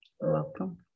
Welcome